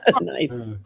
Nice